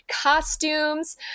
costumes